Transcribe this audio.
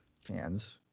Fans